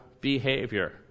behavior